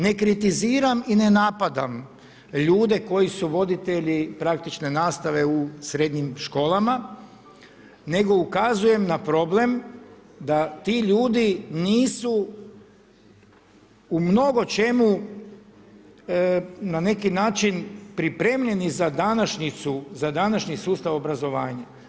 Ne kritiziram i ne napadam ljudi su koji su voditelji praktične nastave u srednjim školama, nego ukazujem na problem da ti ljudi nisu u mnogočemu na neki način pripremljeni za današnji sustav obrazovanja.